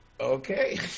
Okay